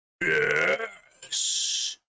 Yes